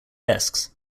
desks